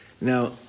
now